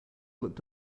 looked